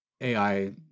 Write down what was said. AI